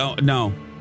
No